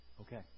Okay